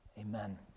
Amen